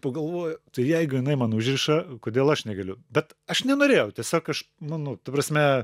pagalvoju tai jeigu jinai man užriša kodėl aš negaliu bet aš nenorėjau tiesiog aš nu nu ta prasme